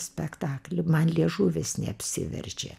spektaklį man liežuvis neapsiverčia